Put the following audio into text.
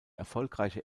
erfolgreiche